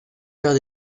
cœurs